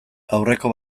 aurreko